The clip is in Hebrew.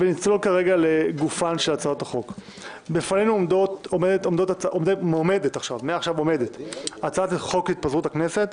של חבר הכנסת ניצן הורוביץ וקבוצת חברי כנסת ואת הצעת חוק התפזרות הכנסת